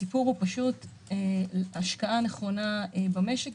זה סיפור של השקעה נכונה במשק.